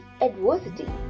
adversity